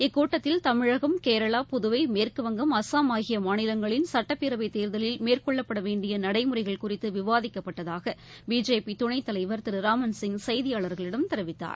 இக்கூட்டத்தில் தமிழகம் கேரளா புதுவை மேற்குவங்கம் அஸ்ஸாம் ஆகிய மாநிலங்களின் சட்டப்பேரவைத் தேர்தலில் மேற்கொள்ளப்பட வேண்டிய நடைமுறைகள் குறித்து விவாதிக்கப்பட்டதாக பிஜேபி துணைத்தலைவர் திரு ராமன்சிங் செய்தியாளர்களிடம் தெரிவித்தார்